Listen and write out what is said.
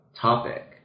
topic